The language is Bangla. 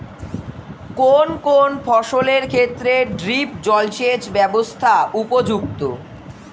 কোন কোন ফসলের ক্ষেত্রে ড্রিপ জলসেচ ব্যবস্থা উপযুক্ত?